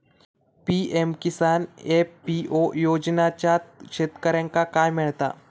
PM Kisan FPO योजनाच्यात शेतकऱ्यांका काय मिळता?